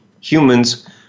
humans